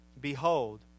Behold